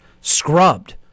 scrubbed